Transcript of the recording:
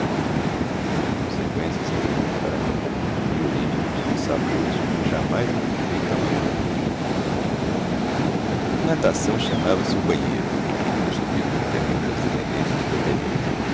de conseqüências entretanto para mim e origem de dissabores como jamais encontrei tão amargos natação chamava-se o banheiro construído num terreno das dependências do ateneu